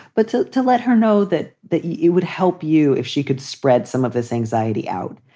but to to let her know that that you would help you if she could spread some of this anxiety out.